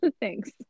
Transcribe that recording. thanks